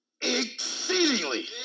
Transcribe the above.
exceedingly